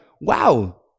Wow